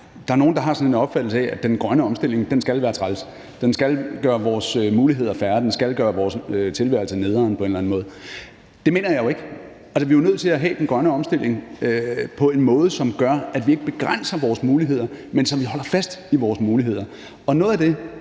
der er nogle, der har sådan en opfattelse af, at den grønne omstilling skal være træls, at den skal gøre vores muligheder mindre, og at den skal gøre vores tilværelse nederen på en eller anden måde. Det mener jeg jo ikke. Altså, vi er jo nødt til at have den grønne omstilling på en måde, som gør, at vi ikke begrænser vores muligheder, men holder fast i vores muligheder. Noget af det,